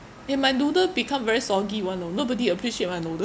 eh my noodle become very soggy [one] orh nobody appreciate my noodle